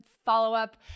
follow-up